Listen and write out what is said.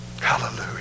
Hallelujah